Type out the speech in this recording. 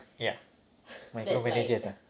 ya micro managers lah